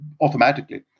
automatically